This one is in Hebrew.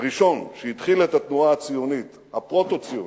שהתחיל את התנועה הציונית, הפרוטו-ציונית,